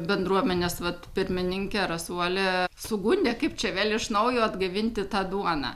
bendruomenės vat pirmininke rasuole sugundė kaip čia vėl iš naujo atgaivinti tą duoną